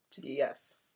Yes